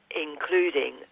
including